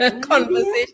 conversation